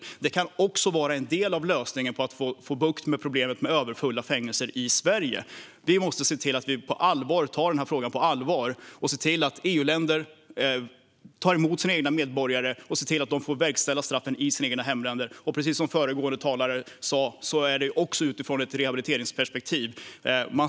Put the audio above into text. Detta kan också vara en del av lösningen på problemet med överfulla fängelser i Sverige. Vi måste ta denna fråga på allvar och se till att EU-länder tar emot sina egna medborgare och ser till att de får avtjäna straffen i sina egna hemländer. Precis som föregående talare sa gäller detta också utifrån ett rehabiliteringsperspektiv.